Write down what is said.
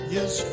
Yes